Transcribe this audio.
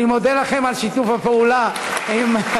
אני מודה לכם על שיתוף הפעולה בתקופתי,